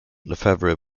lefevre